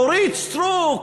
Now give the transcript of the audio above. אורית סטרוק,